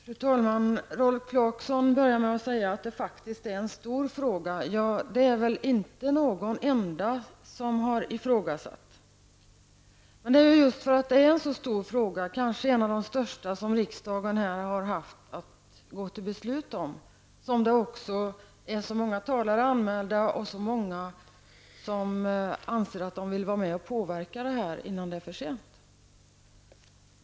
Fru talman! Rolf Clarkson började med att säga att detta faktiskt är en stor fråga. Ja, det är det väl inte någon enda som har ifrågasatt. Det är just för att det är en så stor fråga, kanske en av de största som riksdagen har haft att gå till beslut om, som det är så många talare anmälda och så många som anser att de vill vara med och påverka, innan det är för sent.